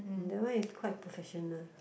that one is quite professional